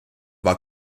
war